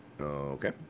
Okay